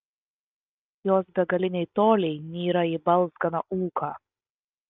jos begaliniai toliai nyra į balzganą ūką